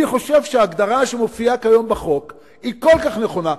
אני חושב שההגדרה שמופיעה כיום בחוק היא כל כך נכונה,